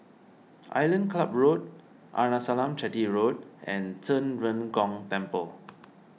Island Club Road Arnasalam Chetty Road and Zhen Ren Gong Temple